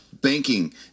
banking